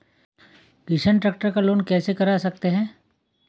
किसान ट्रैक्टर का लोन कैसे करा सकता है?